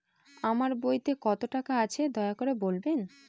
আমার বইতে কত টাকা আছে দয়া করে বলবেন?